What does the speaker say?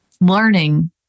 learning